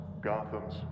Gotham's